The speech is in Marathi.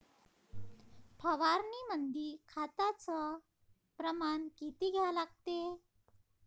फवारनीमंदी खताचं प्रमान किती घ्या लागते?